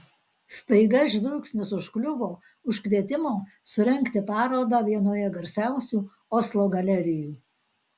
staiga žvilgsnis užkliuvo už kvietimo surengti parodą vienoje garsiausių oslo galerijų